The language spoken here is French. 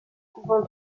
couvents